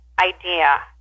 idea